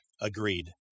Agreed